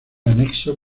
anexo